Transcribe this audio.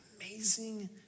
amazing